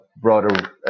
broader